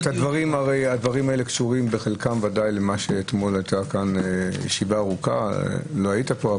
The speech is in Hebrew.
הדברים קשורים לישיבה הארוכה אתמול לא היית פה,